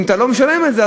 אם אתה לא משלם את זה,